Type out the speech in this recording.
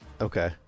Okay